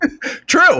True